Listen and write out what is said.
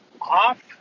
off